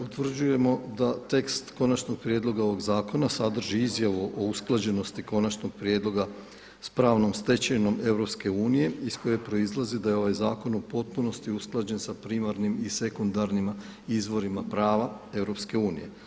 Utvrđujemo da tekst Konačnog prijedloga ovoga zakona sadrži izjavu o usklađenosti Konačnog prijedloga sa pravnom stečevinom EU iz koje proizlazi da je ovaj Zakon u potpunosti usklađen sa primarnim i sekundarnim izvorima prava EU.